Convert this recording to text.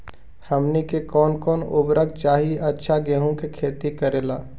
हमनी के कौन कौन उर्वरक चाही अच्छा गेंहू के खेती करेला?